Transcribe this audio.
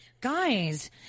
guys